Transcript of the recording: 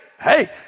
Hey